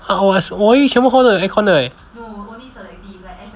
我 ex~ 我以为全部 hall 都有 aircon 的 leh